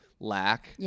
lack